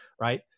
right